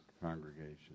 congregation